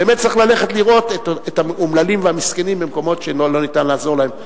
באמת צריך ללכת לראות את האומללים והמסכנים במקומות שלא ניתן לעזור להם,